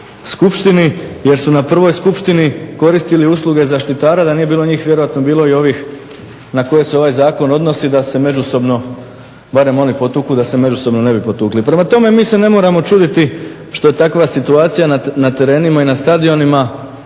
skupštini jer su na prvoj skupštini koristili usluge zaštitara. Da nije bilo njih vjerojatno bi bilo i ovih na koje se ovaj Zakon odnosi da se međusobno barem oni potuku da se međusobno ne bi potukli. Prema tome, mi se ne moramo čuditi što je takva situacija na terenima i na stadionima